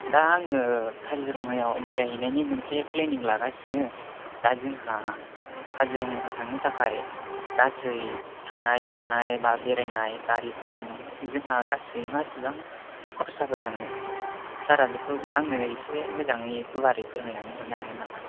दा आङो काजिरङायाव बेरायहैनायनि मोनसे फ्लेनिं लागासिनो दा जोंहा काजिरङायाव थांनो थाखाय गासै थानाय जानाय बा बेरायनाय गारिफोरजों जोंहा गासै मासिबां खरसाफोर थांगोन सारा बेखौ आंनो मोजाङै गुवारै फोरमायनानै हरनो हागोन नामा